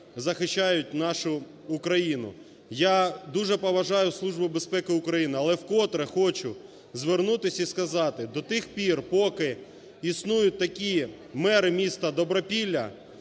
захищають нашу Україну. Я дуже поважаю Службу безпеки України, але вкотре хочу звернутися і сказати: до тих пір, поки існують такі мери містаДобропілля,